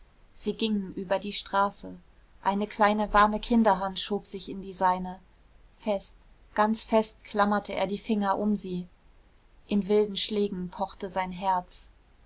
sie gingen über die straße eine kleine warme kinderhand schob sich in die seine fest ganz fest klammerte er die finger um sie in wilden schlägen pochte sein herz